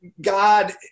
God